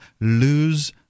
lose